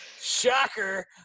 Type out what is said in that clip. Shocker